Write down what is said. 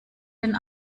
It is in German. den